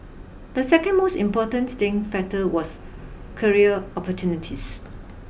the second most important staying factor was career opportunities